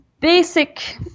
basic